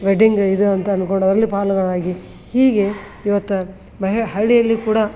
wedding ಇದು ಅಂತ ಅಂದುಕೊಂಡು ಅಲ್ಲಿ ಪಾಲುಗಳಾಗಿ ಹೀಗೆ ಇವತ್ತು ಮಹಿ ಹಳ್ಳಿಯಲ್ಲಿ ಕೂಡ